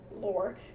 lore